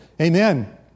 Amen